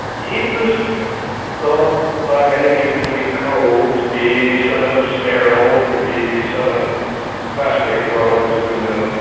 it was thought by many people to be cold, to be somewhat sterile, to be somewhat plastic, for all of its aluminium.